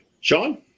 Sean